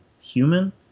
human